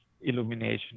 illumination